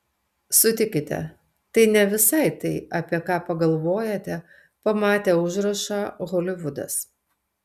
sutikite tai ne visai tai apie ką pagalvojate pamatę užrašą holivudas